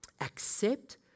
Accept